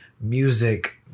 music